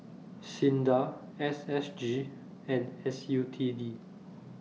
SINDA S S G and S U T D